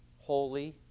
holy